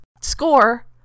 score